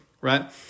right